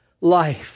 life